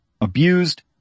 abused